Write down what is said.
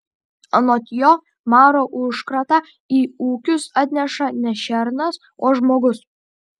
anot jo maro užkratą į ūkius atneša ne šernas o žmogus